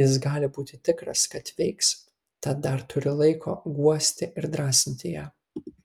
jis gali būti tikras kad veiks tad dar turi laiko guosti ir drąsinti ją